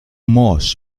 morsch